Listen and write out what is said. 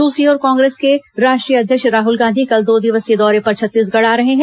दूसरी ओर कांग्रेस के राष्ट्रीय अध्यक्ष राहुल गांधी कल दो दिवसीय दौरे पर छत्तीसगढ़ आ रहे हैं